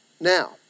Now